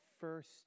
first